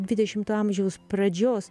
dvidešimto amžiaus pradžios